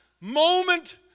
moment